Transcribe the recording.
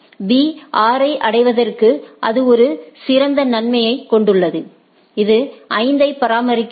B 6 ஐ அடைவதற்கு இது ஒரு சிறந்த நன்மையைக் கொண்டுள்ளது இது 5 ஐ பராமரிக்கிறது